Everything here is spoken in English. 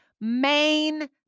main